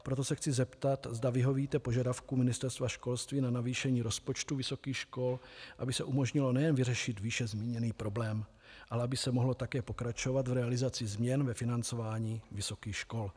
Proto se chci zeptat, zda vyhovíte požadavku Ministerstva školství na navýšení rozpočtu vysokých škol, aby se umožnilo nejen vyřešit výše zmíněný problém, ale aby se mohlo také pokračovat v realizaci změn ve financování vysokých škol.